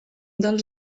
dels